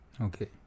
Okay